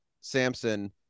Samson